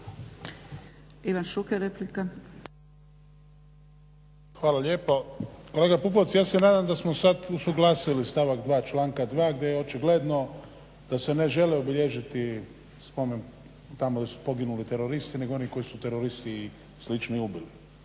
Hvala lijepo. Kolega Pupovac ja se nadam da smo sad usuglasili stavak 2. članka 2. gdje je očigledno da se ne žele obilježiti spomen tamo gdje su poginuli teroristi nego oni koje su teroristi i slični ubili.